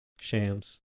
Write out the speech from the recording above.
Shams